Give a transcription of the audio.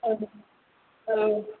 औ औ